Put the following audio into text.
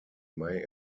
may